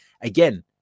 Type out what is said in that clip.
again